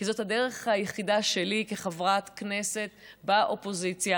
כי זו הדרך היחידה שלי כחברת כנסת באופוזיציה